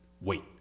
wait